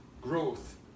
growth